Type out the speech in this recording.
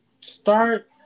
start